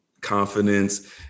confidence